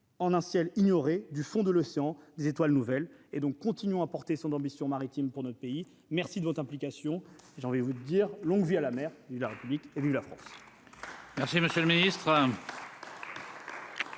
en un ciel ignoré du fond de l'océan des étoiles nouvelles et donc continuons à porter son ambition maritime pour notre pays, merci de votre implication j'en vais vous dire, longue vie à la mère et la République élu. Merci, monsieur le Ministre.